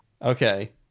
Okay